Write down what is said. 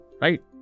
right